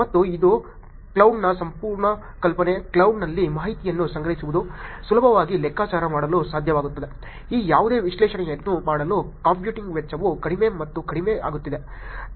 ಮತ್ತು ಇದು ಕ್ಲೌಡ್ನ ಸಂಪೂರ್ಣ ಕಲ್ಪನೆ ಕ್ಲೌಡ್ನಲ್ಲಿ ಮಾಹಿತಿಯನ್ನು ಸಂಗ್ರಹಿಸುವುದು ಸುಲಭವಾಗಿ ಲೆಕ್ಕಾಚಾರ ಮಾಡಲು ಸಾಧ್ಯವಾಗುತ್ತದೆ ಈ ಯಾವುದೇ ವಿಶ್ಲೇಷಣೆಯನ್ನು ಮಾಡಲು ಕಂಪ್ಯೂಟಿಂಗ್ ವೆಚ್ಚವು ಕಡಿಮೆ ಮತ್ತು ಕಡಿಮೆ ಆಗುತ್ತಿದೆ